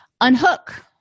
unhook